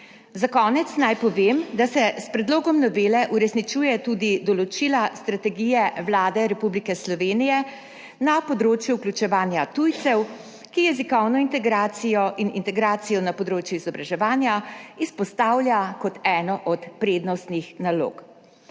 Za konec naj povem, da se s predlogom novele uresničuje tudi določila strategije Vlade Republike Slovenije na področju vključevanja tujcev, ki jezikovno integracijo in integracijo na področju izobraževanja izpostavlja kot eno od prednostnih nalog.